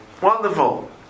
Wonderful